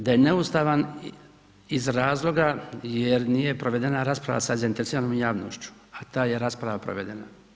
Da je neustavan iz razloga jer nije provedena rasprava sa zainteresiranom javnošću, a ta je rasprava provedena.